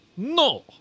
No